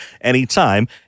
anytime